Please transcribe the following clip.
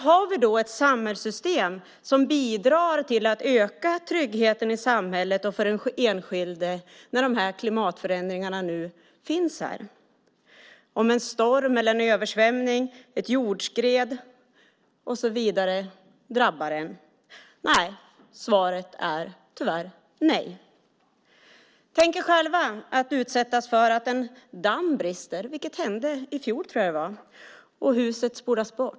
Har vi då ett samhällssystem som bidrar till att öka tryggheten i samhället och för den enskilde när klimatförändringarna nu finns här - om en storm, en översvämning eller ett jordskred drabbar en? Svaret är tyvärr nej. Tänk er själva att utsättas för att en damm brister, vilket hände i fjol - tror jag att det var - och huset spolas bort!